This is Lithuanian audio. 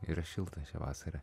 yra šilta šią vasarą